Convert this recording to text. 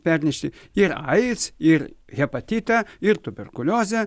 pernešti ir aids ir hepatitą ir tuberkuliozę